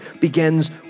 begins